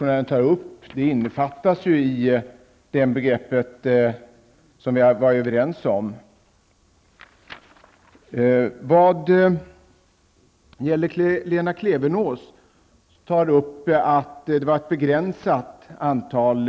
Lena Klevenås sade att det handlade om ett begränsat antal bilar. Hon var rädd för att hobbybilarna skulle medverka till miljöförstöringen. Det spelar väl kanske inte någon roll om vi har dem här i Sverige eller i Amerika. Vi talar ju om ett globalt problem. Men Lena Klevenås kanske får förklara vilken roll det spelar om bilarna körs i Amerika eller i Sverige. Herr talman!